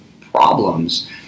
problems